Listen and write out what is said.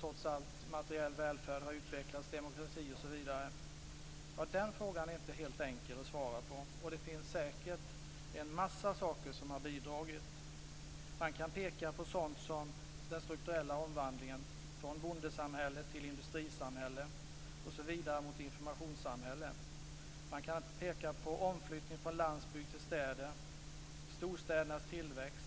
trots all materiell välfärd, den demokrati som har utvecklats osv. Den frågan är inte helt enkel att svara på. Det finns säkert en mängd saker som har bidragit. Man kan peka på sådant som den strukturella omvandlingen från bondesamhället till industrisamhället osv. mot informationssamhället. Man kan peka på omflyttningen från landsbygd till städer och storstädernas tillväxt.